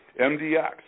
MDX